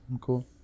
Cool